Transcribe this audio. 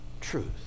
truth